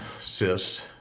cyst